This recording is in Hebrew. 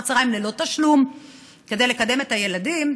הצוהריים ללא תשלום כדי לקדם את הילדים.